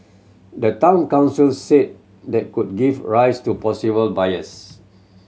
the Town Council said that could give rise to possible bias